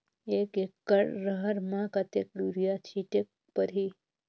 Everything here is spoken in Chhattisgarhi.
एक एकड रहर म कतेक युरिया छीटेक परही?